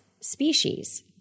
species